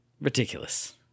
ridiculous